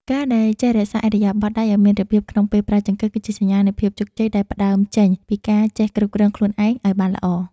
ការដែលចេះរក្សាឥរិយាបថដៃឱ្យមានរបៀបក្នុងពេលប្រើចង្កឹះគឺជាសញ្ញានៃភាពជោគជ័យដែលផ្តើមចេញពីការចេះគ្រប់គ្រងខ្លួនឯងឱ្យបានល្អ។